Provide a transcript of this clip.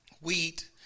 wheat